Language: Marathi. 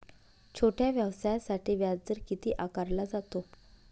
छोट्या व्यवसायासाठी व्याजदर किती आकारला जातो?